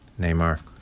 Neymar